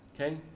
Okay